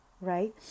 right